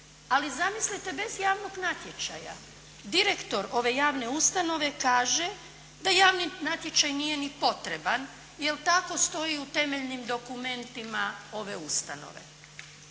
Ali zamislite, bez javnog natječaja. Direktor ove javne ustanove kaže da javni natječaj nije ni potreban jer tako stoji u temeljnim dokumentima ove ustanove.